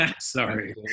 sorry